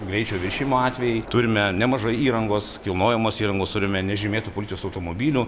greičio viršijimo atvejai turime nemažai įrangos kilnojamos įrangos turime nežymėtų policijos automobilių